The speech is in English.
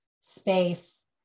space